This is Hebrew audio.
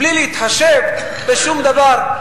בלי להתחשב בשום דבר.